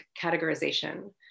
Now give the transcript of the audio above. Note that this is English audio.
categorization